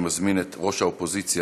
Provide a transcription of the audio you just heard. אני מזמין את ראש האופוזיציה,